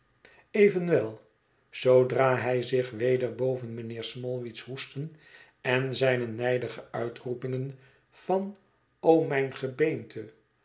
evenwel zoodra hij zich weder boven mijnheer smallweed's hoesten en zijne nijdige uitroepingen van o mijn gebeente